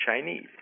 Chinese